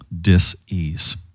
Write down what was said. dis-ease